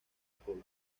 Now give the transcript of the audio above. apolo